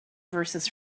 verses